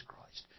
Christ